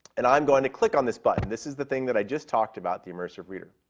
and i'm going to click on this button. this is the thing that i just talked about, the immersive reader.